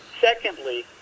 Secondly